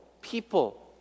people